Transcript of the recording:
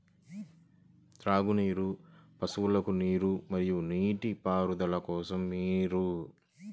త్రాగునీరు, పశువులకు నీరు మరియు నీటిపారుదల కోసం నీరు